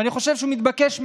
ואני חושב שהוא מתבקש מאליו.